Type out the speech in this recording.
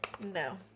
No